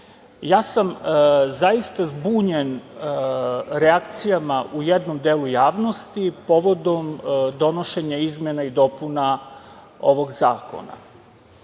sam zbunjen reakcijama u jednom delu javnosti povodom donošenja izmena i dopuna ovog zakona.